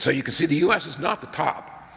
so you can see the u s. is not the top.